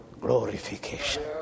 glorification